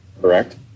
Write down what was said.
correct